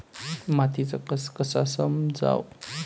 मातीचा कस कसा समजाव?